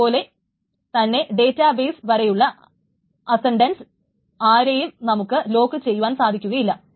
അതു പോലെ തന്നെ ഡേറ്റാ ബെയ്സ് വരെയുള്ള അസ്സന്റെന്റ്സിനെ ആരേയും നമുക്ക് ലോക്ക് ചെയ്യുവാൻ സാധിക്കുകയില്ല